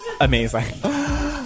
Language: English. Amazing